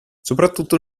soprattutto